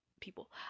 people